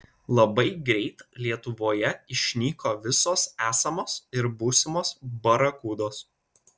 labai greit lietuvoje išnyko visos esamos ir būsimos barakudos